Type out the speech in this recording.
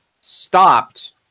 stopped